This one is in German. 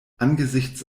angesichts